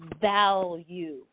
value